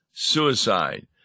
suicide